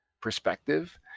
perspective